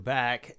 back